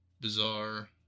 bizarre